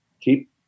keep